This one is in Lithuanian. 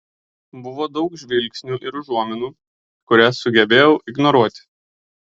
buvo daug žvilgsnių ir užuominų kurias sugebėjau ignoruoti